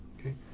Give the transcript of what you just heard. okay